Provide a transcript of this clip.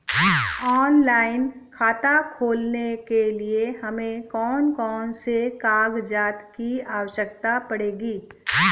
Online खाता खोलने के लिए हमें कौन कौन से कागजात की आवश्यकता पड़ेगी?